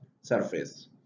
surface